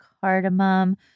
cardamom